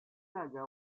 raja